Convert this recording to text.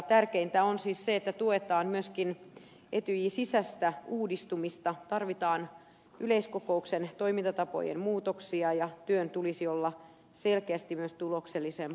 tärkeää on siis se että tuetaan myöskin etyjin sisäistä uudistumista tarvitaan yleiskokouksen toimintatapojen muutoksia ja työn tulisi olla selkeästi myös tuloksellisempaa